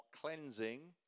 cleansing